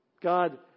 God